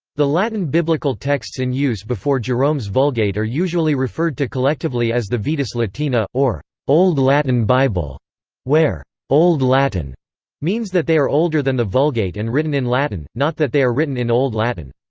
the latin biblical texts in use before jerome's vulgate are usually referred to collectively as the vetus latina, or old latin bible where old latin means that they are older than the vulgate and written in latin, not that they are written in old latin.